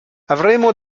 avremo